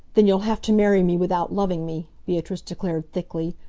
then you'll have to marry me without loving me, beatrice declared thickly.